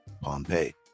Pompeii